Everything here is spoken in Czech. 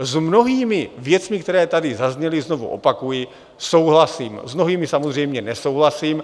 S mnohými věcmi, které tady zazněly, znovu opakuji, souhlasím, s mnohými samozřejmě nesouhlasím.